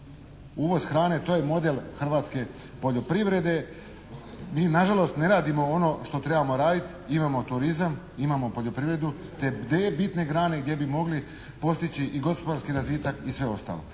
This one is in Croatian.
Uvoz hrane to je model hrvatske poljoprivrede. Mi na žalost ne radimo ono što trebamo raditi. Imamo turizam, imamo poljoprivredu, te dvije bitne grane gdje bi mogli postići i gospodarski razvitak i sve ostalo.